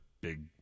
big